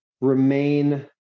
remain